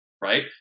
right